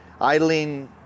idling